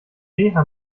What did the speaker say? reha